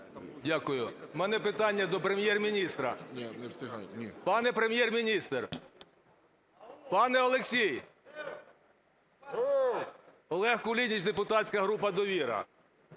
Дякую. В мене питання до Прем'єр-міністра. Пане Прем'єр-міністр, пане Олексій! Олег Кулініч, депутатська група "Довіра".